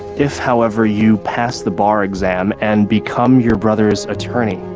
if, however, you pass the bar exam and become your brother's attorney,